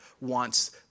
wants